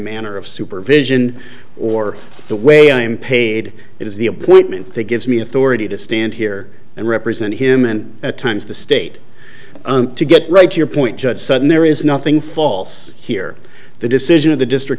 manner of supervision or the way i am paid it is the appointment that gives me authority to stand here and represent him and at times the state to get right to your point judge sudden there is nothing false here the decision of the district